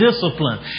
discipline